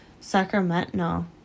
Sacramento